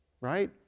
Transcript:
right